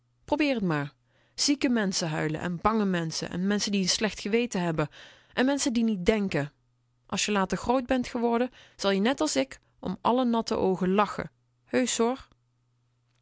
probeer t maar zieke menschen huilen en bange menschen en menschen die n slecht geweten hebben en menschen die niet dènken als je later groot ben geworden zal je net als ik om al de natte oogen lachen heusch hoor